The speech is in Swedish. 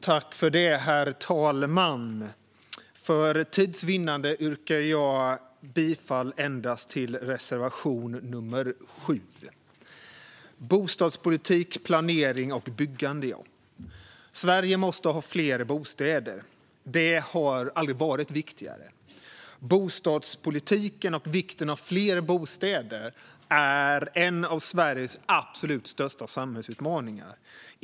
Herr talman! För tids vinnande yrkar jag bifall endast till reservation 7. Bostadspolitik, planering och byggande, ja. Sverige måste ha fler bostäder. Det har aldrig varit viktigare. Bostadspolitiken och vikten av fler bostäder tillhör Sveriges absolut största samhällsutmaningar.